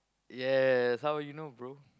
yes how you know bro